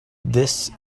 this